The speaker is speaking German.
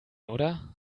oder